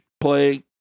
play